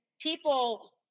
people